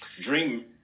dream